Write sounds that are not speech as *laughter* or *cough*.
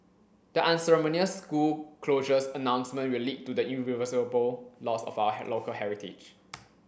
the unceremonious school closures announcement will lead to the irreversible loss of our *unintelligible* local heritage *noise*